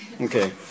Okay